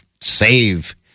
save